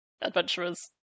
adventurers